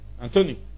Anthony